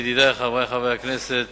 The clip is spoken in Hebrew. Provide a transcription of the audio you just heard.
ידידי חברי הכנסת,